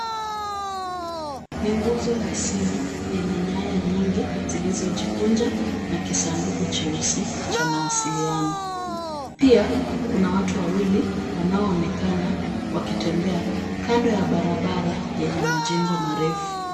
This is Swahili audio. Ni nguzo ya simu yenye nyaya nyingi zilizojikunja na kisanduku cheusi cha mawasiliano. Pia, kuna watu wawili wanaoonekana wakitembea kando ya barabara yenye majengo marefu.